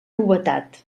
novetat